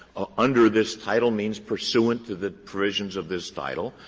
ah under this title means pursuant to the provisions of this title.